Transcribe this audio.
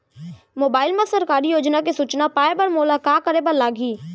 mobile मा सरकारी योजना के सूचना पाए बर मोला का करे बर लागही